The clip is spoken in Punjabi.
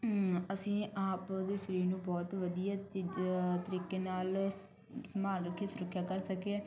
ਅਸੀਂ ਆਪ ਵੀ ਸ਼ਰੀਰ ਨੂੰ ਬਹੁਤ ਵਧੀਆ ਚੀਜ਼ ਤਰੀਕੇ ਨਾਲ ਸ ਸੰਭਾਲ ਕੇ ਸੁਰੱਖਿਆ ਕਰ ਸਕੀਏ